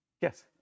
Yes